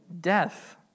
death